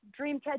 Dreamcatcher